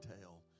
tell